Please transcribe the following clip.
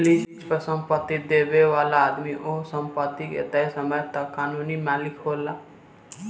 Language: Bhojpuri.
लीज पर संपत्ति लेबे वाला आदमी ओह संपत्ति के तय समय तक कानूनी मालिक होला